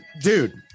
dude